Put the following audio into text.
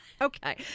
Okay